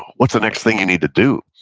what's the next thing you need to do?